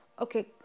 okay